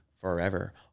forever